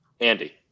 Andy